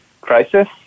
crisis